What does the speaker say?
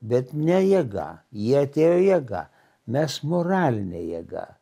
bet ne jėga jie atėjo jėga mes moralinė jėga